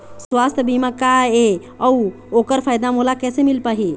सुवास्थ बीमा का ए अउ ओकर फायदा मोला कैसे मिल पाही?